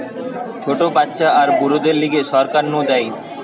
ছোট বাচ্চা আর বুড়োদের লিগে সরকার নু দেয়